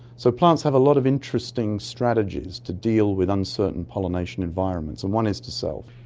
so plants have a lot of interesting strategies to deal with uncertain pollination environments, and one is to self.